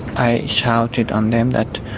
i shouted on them that,